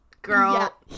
Girl